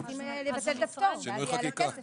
רוצים לבטל את הפטור ואז זה יעלה כסף